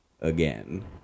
again